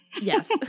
Yes